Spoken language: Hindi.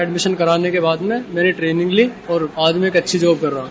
एडमिशन कराने के बाद में मैंने ट्रेनिंग ली और बाद में मं अच्छी जॉब कर रहा हूँ